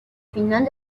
final